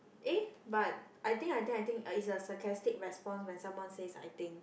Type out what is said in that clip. eh but I think I think I think is a sarcastic response when someone says I think